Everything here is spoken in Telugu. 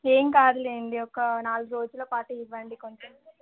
ఏమి కాదులేండి ఒక నాలుగు రోజులు పాటు ఇవ్వండి కొంచెం